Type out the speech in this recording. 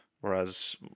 Whereas